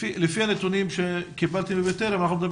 לפי הנתונים שקיבלתי מ'בטרם' אנחנו מדברים